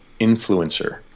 influencer